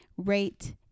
rate